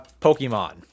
Pokemon